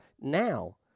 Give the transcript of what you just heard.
Now